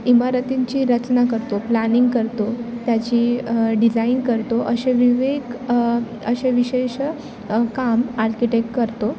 इमारतींची रचना करतो प्लॅनिंग करतो त्याची डिझाईन करतो असे विवेक असे विशेष काम आर्किटेक्ट करतो